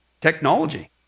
technology